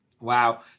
Wow